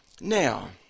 Now